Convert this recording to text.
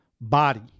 body